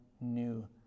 new